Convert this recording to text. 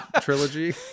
trilogy